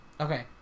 okay